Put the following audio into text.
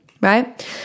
Right